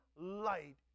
light